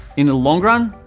in the long run,